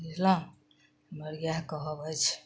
बुझलहुँ हमर इएह कहब अछि